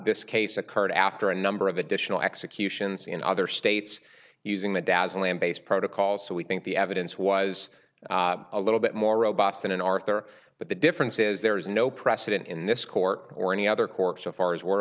this case occurred after a number of additional executions in other states using the dazzling base protocol so we think the evidence was a little bit more robust than arthur but the difference is there is no precedent in this court or any other court so far as we're